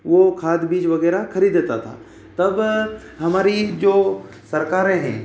वो खाद बीज वैगरह खरीदता था तब हमारी जो सरकारें हैं